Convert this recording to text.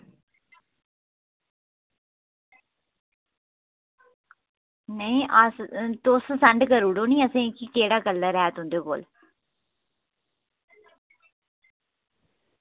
नेईं अस तुस सैंड करी ओड़ेओ निं असें ई केह्ड़ा कलर ऐ तुंदे कोल